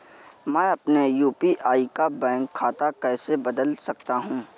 मैं अपने यू.पी.आई का बैंक खाता कैसे बदल सकता हूँ?